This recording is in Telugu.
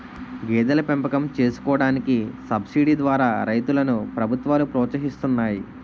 గేదెల పెంపకం చేసుకోడానికి సబసిడీ ద్వారా రైతులను ప్రభుత్వాలు ప్రోత్సహిస్తున్నాయి